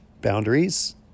boundaries